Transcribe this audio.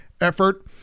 effort